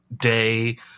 day